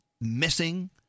missing